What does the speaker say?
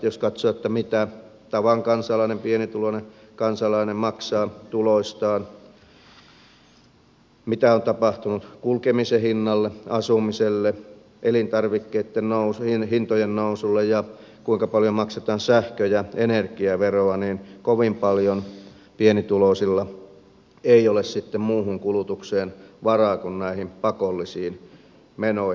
jos katsoo mitä tavan kansalainen pienituloinen kansalainen maksaa tuloistaan mitä on tapahtunut kulkemisen hinnalle asumiselle elintarvikkeitten hintojen nousulle ja kuinka paljon maksetaan sähkö ja energiaveroa niin kovin paljon pienituloisilla ei ole sitten muuhun kulutukseen varaa kuin näihin pakollisiin menoihin